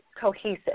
cohesive